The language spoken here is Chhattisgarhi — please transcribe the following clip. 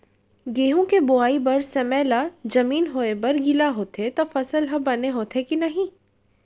गेहूँ के बोआई बर समय ला जमीन होये बर गिला होथे त फसल ह बने होथे की नही?